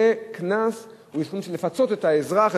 יהיה קנס כדי לפצות את האזרח,